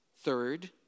Third